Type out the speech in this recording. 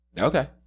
Okay